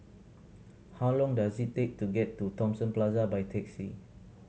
how long does it take to get to Thomson Plaza by taxi